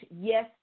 Yes